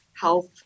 health